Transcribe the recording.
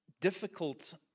difficult